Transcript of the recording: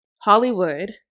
Hollywood